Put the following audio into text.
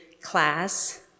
class